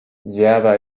java